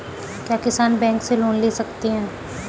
क्या किसान बैंक से लोन ले सकते हैं?